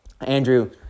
Andrew